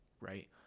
right